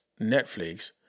Netflix